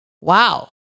Wow